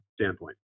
standpoint